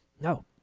No